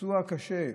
פצוע קשה,